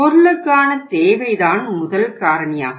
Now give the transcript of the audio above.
பொருளுக்கான தேவை தான் முதல் காரணியாகும்